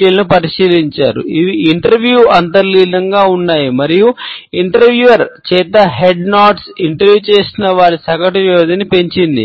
చేత head nodes interview చేసిన వారి సగటు వ్యవధిని పెంచింది